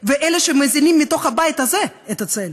ואלה שמזינים מתוך הבית הזה את "הצל".